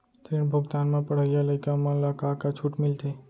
ऋण भुगतान म पढ़इया लइका मन ला का का छूट मिलथे?